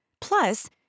Plus